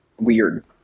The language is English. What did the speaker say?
weird